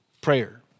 prayer